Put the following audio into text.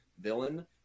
villain